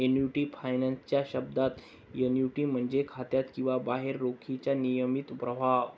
annuity finance च्या शब्दात, annuity म्हणजे खात्यात किंवा बाहेर रोखीचा नियमित प्रवाह